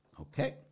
Okay